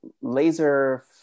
laser